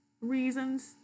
reasons